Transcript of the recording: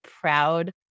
proud